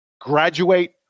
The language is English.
graduate